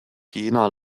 jena